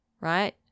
right